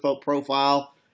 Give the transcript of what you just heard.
profile